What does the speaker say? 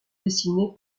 dessinés